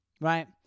right